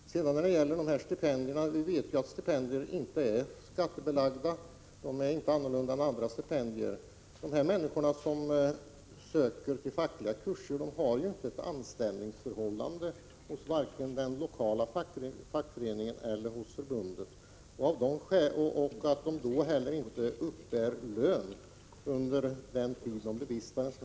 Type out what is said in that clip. Beträffande de ifrågavarande stipendierna vet vi ju att stipendier inte är skattebelagda. Härvidlag är det inte annorlunda än när det gäller andra stipendier. De människor som söker till fackliga kurser har ju inte ett anställningsförhållande, varken hos den lokala fackföreningen eller hos förbundet, och uppbär ju inte heller lön under den tid en kurs varar.